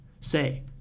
say